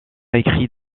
écrit